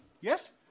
yes